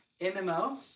MMO